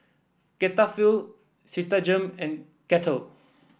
Cetaphil Citigem and Kettle